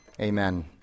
amen